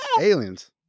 aliens